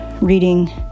reading